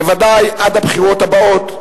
בוודאי עד הבחירות הבאות,